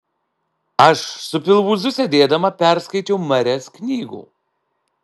aš su pilvūzu sėdėdama perskaičiau marias knygų